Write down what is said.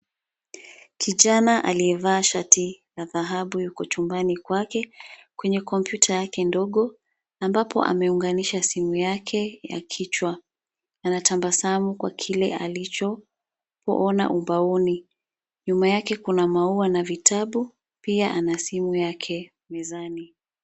Kijana aliye vaa shati ya dhahabu yuko chumbani kwake kwenye kompyuta yake ndogo, ambapo ameunganisha simu yake ya kichwa. Anatabasamu kwa kile alichoona ubaoni. Nyuma yake kuna maua na vitabu pia ana simu yake mezani.